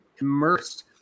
immersed